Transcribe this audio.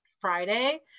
friday